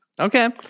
Okay